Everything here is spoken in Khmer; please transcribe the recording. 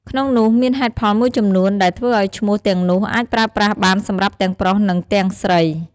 ក្នុងនោះមានហេតុផលមួយចំនួនដែលធ្វើឱ្យឈ្មោះទាំងនោះអាចប្រើប្រាស់បានសម្រាប់ទាំងប្រុស និងទាំងស្រី។